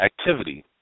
activity